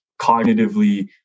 cognitively